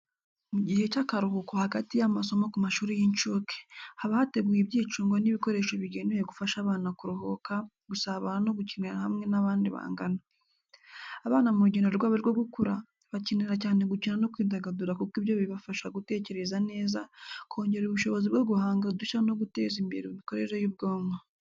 Mu gihe cy’akaruhuko hagati y’amasomo ku mashuri y’incuke, haba hateguwe ibyicungo n’ibikoresho bigenewe gufasha abana kuruhuka, gusabana no gukinira hamwe n’abandi bangana. Abana mu rugendo rwabo rwo gukura, bakenera cyane gukina no kwidagadura kuko ibyo bibafasha gutekereza neza, kongera ubushobozi bwo guhanga udushya no guteza imbere imikorere y’ubwonko.